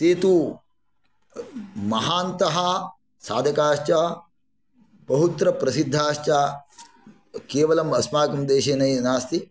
ते तु महान्तः साधकाश्च बहुत्र प्रसिद्धाश्च केवलं अस्माकं देशे नास्ति